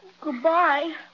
Goodbye